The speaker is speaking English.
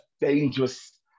dangerous